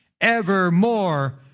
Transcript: Evermore